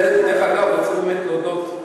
דרך אגב, אני רוצה באמת להודות,